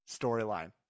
storyline